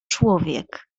człowiek